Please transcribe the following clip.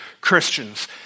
Christians